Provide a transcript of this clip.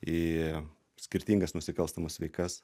į skirtingas nusikalstamas veikas